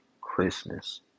Christmas